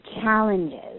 challenges